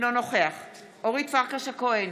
אינו נוכח אורית פרקש הכהן,